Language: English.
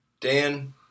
Dan